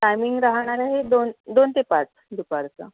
timing राहणार आहे दोन दोन ते पाच दुपारचं